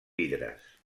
vidres